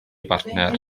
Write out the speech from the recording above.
bartner